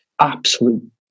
absolute